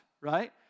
right